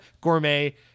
gourmet